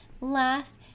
last